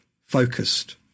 focused